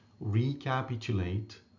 recapitulate